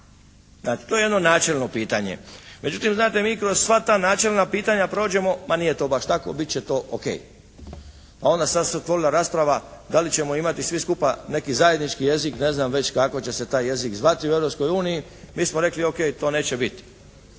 Znate, to je jedno načelno pitanje. Međutim znate mi kroz sva ta načelna pitanja prođemo ma nije to baš tako, bit će to o.k. A onda sad se otvorila rasprava da li ćemo imati svi skupa neki zajednički jezik ne znam već kako će se taj jezik zvati u Europskoj uniji, mi smo rekli o.k. to neće biti.